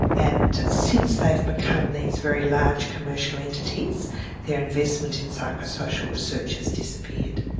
and since they've become these very large commercial entities their investment in psycho-social research has disappeared.